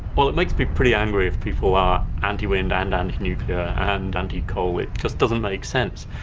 well, it makes me pretty angry if people are anti-wind and anti-nuclear and anti-coal, it just doesn't make sense.